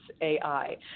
AI